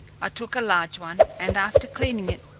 i took a large one, and after cleaning it,